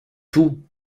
tout